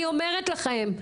אני אומרת לכם.